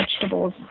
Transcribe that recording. vegetables